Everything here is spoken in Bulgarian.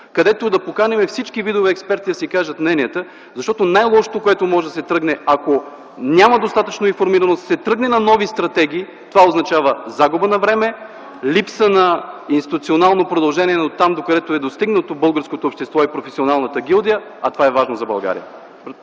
където да поканим всички видове експерти да си кажат мненията, защото най-лошото, към което може да се тръгне, ако няма достатъчно информираност и се тръгне на нови стратегии, означава загуба на време, липса на институционално продължение но дотам, докъдето е достигнало българското общество и професионалната гилдия, а това е важно за България.